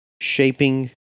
shaping